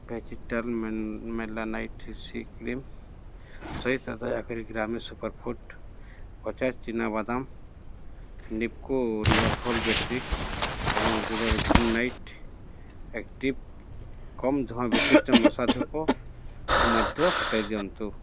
vegetal ମେଲାନାଇଟ୍ C cream ସହିତ ଦୟାକରି ଗ୍ରାମି ସୁପରଫୁଡ଼୍ କଞ୍ଚା ଚିନାବାଦାମ ନିପ୍କୋ ନଭୋଲ୍ ବେଟ୍ରିକ ଏବଂ ନାଇଟ୍ ଆକ୍ଟିଭ୍ କମ୍ ଧୂଆଁ ବିଶିଷ୍ଟ ମଶାଧୂପକୁ ମଧ୍ୟ ହଟାଇ ଦିଅନ୍ତୁ